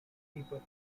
people